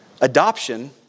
Adoption